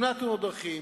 ימנע תאונות דרכים,